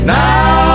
now